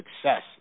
success